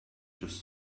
just